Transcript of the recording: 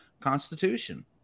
Constitution